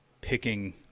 picking